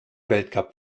weltcup